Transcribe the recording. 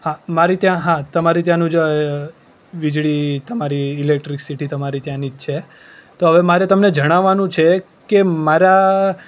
હા મારે ત્યાં હા તમારે ત્યાનું જે વીજળી તમારી ઇલેક્ટ્રિકસિટી તમારી ત્યાંની જ છે તો હવે મારે તમને જણાવવાનું છે કે મારા